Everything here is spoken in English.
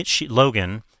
Logan